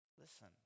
listen